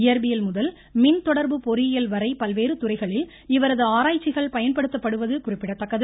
இயற்பியல் முதல் மின்தொடர்பு பொறியியல் வரை பல்வேறு துறைகளில் இவரது ஆராய்ச்சிகள் பயன்படுத்தப்படுவது குறிப்பிடத்தக்கது